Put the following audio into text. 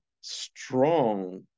strong